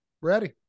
Ready